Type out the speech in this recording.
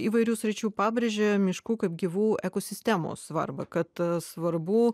įvairių sričių pabrėžė miškų kaip gyvų ekosistemų svarbą kad svarbu